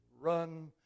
run